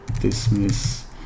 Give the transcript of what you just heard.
dismiss